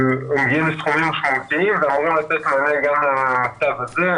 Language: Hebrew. הסכומים אמורים לתת מענה גם למצב הזה,